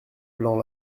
blancs